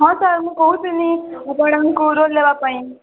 ହଁ ସାର୍ ମୁଁ କହୁଥିଲି ଆପଣଙ୍କୁ ରୋଲ୍ ଦେବା ପାଇଁ